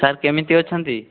sir କେମିତି ଅଛନ୍ତି